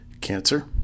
cancer